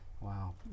wow